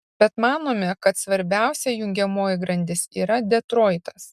bet manome kad svarbiausia jungiamoji grandis yra detroitas